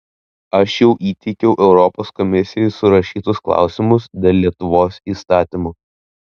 aš jau įteikiau europos komisijai surašytus klausimus dėl lietuvos įstatymo